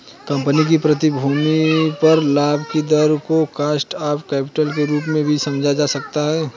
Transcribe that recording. company की प्रतिभूतियों पर लाभ के दर को कॉस्ट ऑफ कैपिटल के रूप में समझा जा सकता है